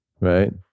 Right